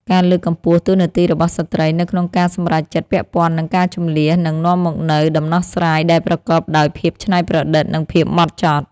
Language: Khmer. ការលើកកម្ពស់តួនាទីរបស់ស្ត្រីនៅក្នុងការសម្រេចចិត្តពាក់ព័ន្ធនឹងការជម្លៀសនឹងនាំមកនូវដំណោះស្រាយដែលប្រកបដោយភាពច្នៃប្រឌិត និងភាពហ្មត់ចត់។